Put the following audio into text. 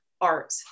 art